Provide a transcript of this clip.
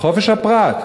חופש הפרט.